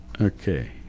Okay